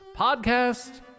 Podcast